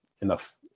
enough